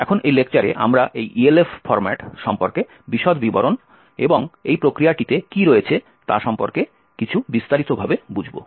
এখন এই লেকচারে আমরা এই ELF ফরম্যাট সম্পর্কে বিশদ বিবরণ এবং এই প্রক্রিয়াটিতে কী রয়েছে তা সম্পর্কে কিছু বিস্তারিত ভাবে বুঝব